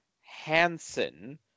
Hansen